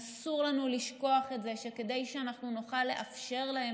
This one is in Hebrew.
אסור לנו לשכוח שכדי שנוכל לאפשר להם